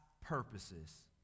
purposes